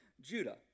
Judah